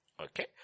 Okay